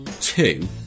two